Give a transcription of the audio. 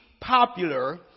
popular